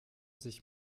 sich